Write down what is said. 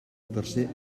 tercer